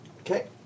Okay